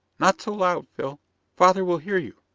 not so loud, phil father will hear you.